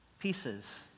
Pieces